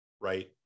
right